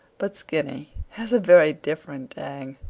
but skinny has a very different tang.